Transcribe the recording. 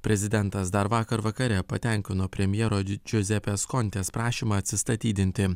prezidentas dar vakar vakare patenkino premjero džiuzepės kontės prašymą atsistatydinti